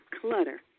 Clutter